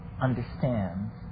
understands